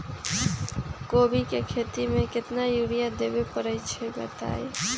कोबी के खेती मे केतना यूरिया देबे परईछी बताई?